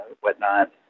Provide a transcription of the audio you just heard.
whatnot